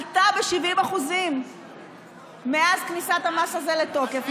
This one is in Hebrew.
עלתה ב-70% מאז כניסת המס הזה לתוקף,